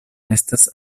estas